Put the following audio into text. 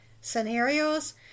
scenarios